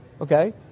Okay